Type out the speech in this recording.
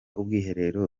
ubwiherero